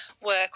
work